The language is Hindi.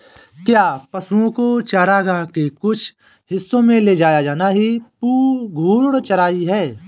क्या पशुओं को चारागाह के कुछ हिस्सों में ले जाया जाना ही घूर्णी चराई है?